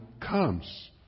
comes